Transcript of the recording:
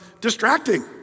distracting